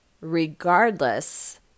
regardless